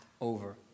over